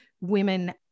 women